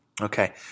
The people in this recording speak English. Okay